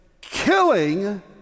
killing